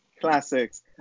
Classics